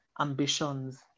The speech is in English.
ambitions